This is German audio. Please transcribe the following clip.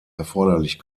erforderlich